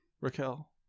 Raquel